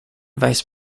vice